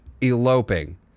eloping